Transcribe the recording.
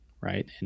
right